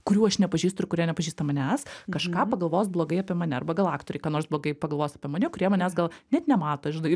kurių aš nepažįstu ir kurie nepažįsta manęs kažką pagalvos blogai apie mane arba gal aktoriai ką nors blogai pagalvos apie mane kurie manęs gal net nemato žinai